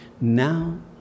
Now